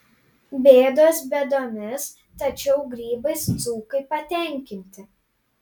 bėdos bėdomis tačiau grybais dzūkai patenkinti